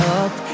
up